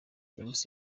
james